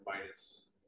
minus